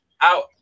out